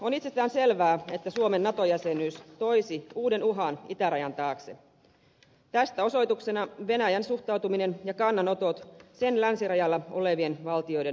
on itsestään selvää että suomen nato jäsenyys toisi uuden uhan itärajan taakse tästä osoituksena venäjän suhtautuminen ja kannanotot sen länsirajalla olevien valtioiden nato ajatuksiin